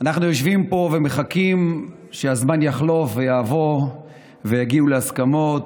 אנחנו יושבים פה ומחכים שהזמן יחלוף ויעבור ויגיעו להסכמות